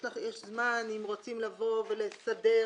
יש זמן אם רוצים לבוא ולסדר,